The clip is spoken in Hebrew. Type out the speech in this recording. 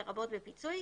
לרבות בפיצוי,